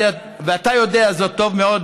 ואתה יודע זאת טוב מאוד,